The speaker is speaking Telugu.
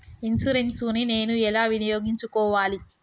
ఇన్సూరెన్సు ని నేను ఎలా వినియోగించుకోవాలి?